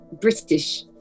British